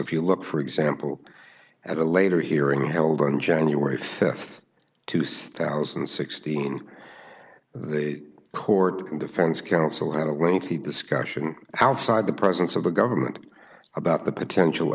if you look for example at a later hearing held on january th two thousand and sixteen the court can defense counsel had a lengthy discussion outside the presence of the government about the potential